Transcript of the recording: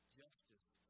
justice